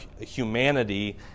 humanity